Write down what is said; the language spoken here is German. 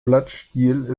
blattstiel